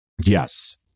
Yes